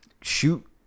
shoot